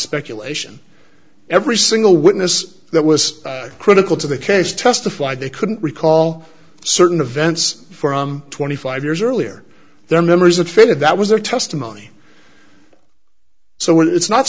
speculation every single witness that was critical to the case testified they couldn't recall certain events from twenty five years earlier their memories of faded that was their testimony so it's not